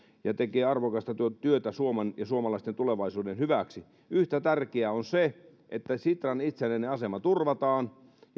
ja tekee arvokasta työtä suomen ja suomalaisten tulevaisuuden hyväksi yhtä tärkeää on se että sitran itsenäinen asema turvataan